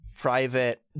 private